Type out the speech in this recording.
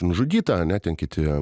nužudyta ane ten kiti